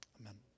Amen